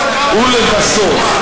ולבסוף,